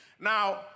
Now